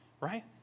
right